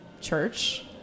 church